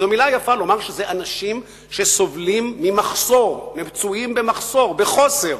שזו מלה יפה לומר שאלה אנשים שסובלים ממחסור ומצויים במחסור ובחוסר.